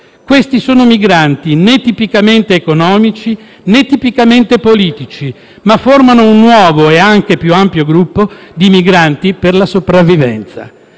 Questi non sono migranti né tipicamente economici né tipicamente politici, ma formano un nuovo e anche più ampio gruppo di migranti per la sopravvivenza.